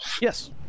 Yes